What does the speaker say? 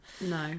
No